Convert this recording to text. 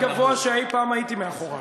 הכי גבוה שאי-פעם הייתי מאחוריו,